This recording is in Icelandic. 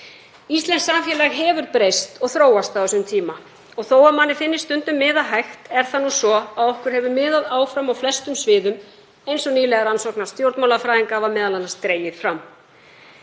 Íslenskt samfélag hefur breyst og þróast á þessum tíma. Þó að manni finnist stundum miða hægt er það nú svo að okkur hefur miðað áfram á flestum sviðum eins og nýlegar rannsóknir stjórnmálafræðinga hafa m.a. dregið fram.